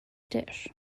dish